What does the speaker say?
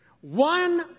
One